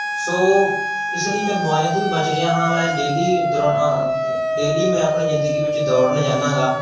ਸੋ ਇਸ ਲਈ ਮੈਂ ਬਿਮਾਰੀਆਂ ਤੋਂ ਵੀ ਬਚ ਰਿਹਾ ਹਾਂ ਮੈਂ ਡੇਲੀ ਦੌੜਨ ਡੇਲੀ ਮੈਂ ਆਪਣੀ ਜ਼ਿੰਦਗੀ ਵਿੱਚ ਦੌੜਨ ਜਾਂਦਾ ਹੈਗਾ